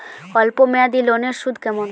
অল্প মেয়াদি লোনের সুদ কেমন?